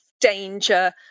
danger